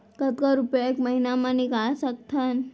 कतका रुपिया एक महीना म निकाल सकथन?